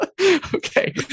Okay